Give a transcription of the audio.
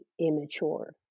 immature